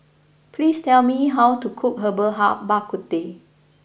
please tell me how to cook Herbal Hak Bak Ku Teh